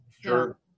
Sure